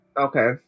Okay